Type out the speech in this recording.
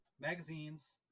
magazines